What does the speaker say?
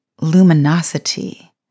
luminosity